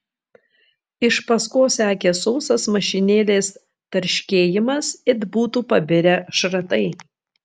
iš paskos sekė sausas mašinėlės tarškėjimas it būtų pabirę šratai